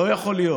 לא יכול להיות